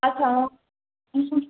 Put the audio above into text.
आच्छा